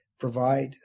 Provide